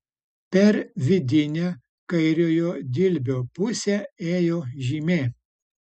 per vidinę kairiojo dilbio pusę ėjo žymė